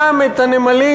גם את הנמלים,